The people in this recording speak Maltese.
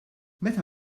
meta